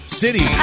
city